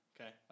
Okay